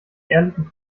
ehrlichen